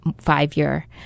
five-year